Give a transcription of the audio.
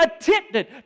attempted